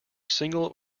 single